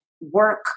work